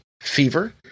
Fever